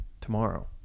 tomorrow